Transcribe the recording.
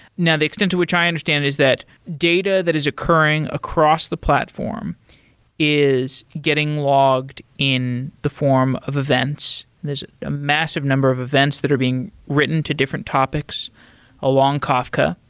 now, the extent to which i understand it is that data that is occurring across the platform is getting logged in the form of events. there's massive number of events that are being written to different topics along kafka,